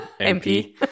MP